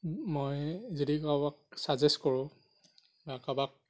মই যদি কাৰোবাক চাজেষ্ট কৰো বা কাৰোবাক